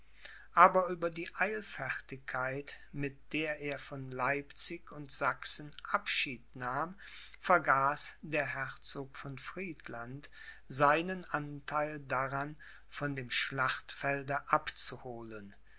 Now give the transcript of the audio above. aber über der eilfertigkeit mit der er von leipzig und sachsen abschied nahm vergaß der herzog von friedland seinen antheil daran von dem schlachtfelde abzuholen